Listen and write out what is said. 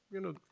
you know,